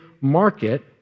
market